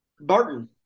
Barton